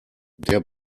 der